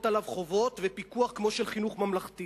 עליו חובות ולא פיקוח כמו של חינוך ממלכתי